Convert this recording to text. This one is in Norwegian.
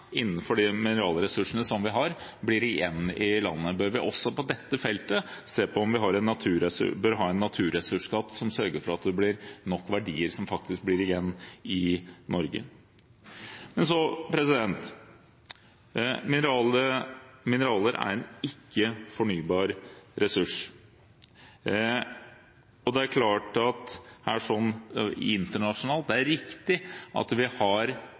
innenfor de mineralressursene vi har, blir igjen i landet. Bør vi også på dette feltet ha en naturressursskatt som sørger for at det faktisk blir nok verdier igjen i Norge? Mineraler er en ikke-fornybar ressurs. Internasjonalt er det riktig at vi – også innenfor det grønne skiftet – har